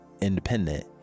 independent